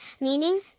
meaning